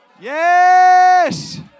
Yes